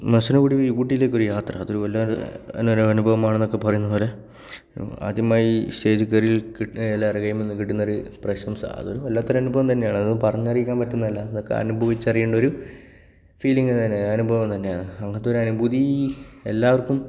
മസനഗുഡി വഴി ഊട്ടിയിലേക്കൊരു യാത്ര അതുപോലെ അനുഭവമാണെന്നൊക്കെ പറയുന്ന പോലെ ആദ്യമായി സ്റ്റേജിൽ കയറിയ എല്ലാവരെയും കയ്യിൽ നിന്നും കിട്ടുന്നൊരു പ്രശംസ അതൊരു വല്ലാത്തൊരു അനുഭവം തന്നെയാണ് പറഞ്ഞറിയിക്കാൻ പറ്റുന്നതല്ല അതൊക്കെ അനുഭവിച്ചറിയേണ്ടൊരു ഫീലിംഗ് തന്നെയാണ് അനുഭവം തന്നെയാണ് അങ്ങനെത്തൊരു അനുഭൂതി എല്ലാവർക്കും